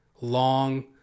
long